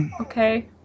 Okay